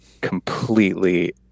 completely